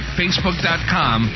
facebook.com